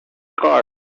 car